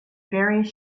various